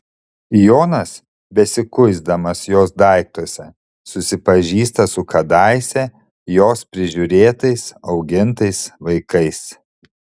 jonas besikuisdamas jos daiktuose susipažįsta su kadaise jos prižiūrėtais augintais vaikais